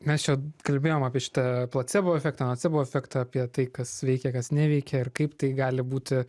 mes čia kalbėjom apie šitą placebo efektą nocebo efektą apie tai kas veikia kas neveikia ir kaip tai gali būti